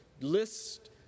list